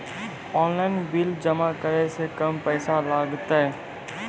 Online bill जमा करै से कम पैसा लागतै?